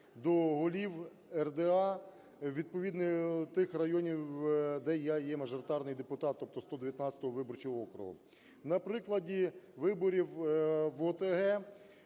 до голів РДА відповідно тих районі, де я є мажоритарний депутат, тобто 119 виборчого округу. На прикладі виборів в ОТГ